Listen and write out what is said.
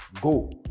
Go